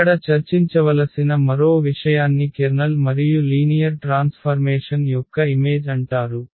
ఇక్కడ చర్చించవలసిన మరో విషయాన్ని కెర్నల్ మరియు లీనియర్ ట్రాన్స్ఫర్మేషన్ యొక్క ఇమేజ్ అంటారు